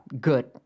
good